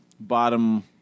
bottom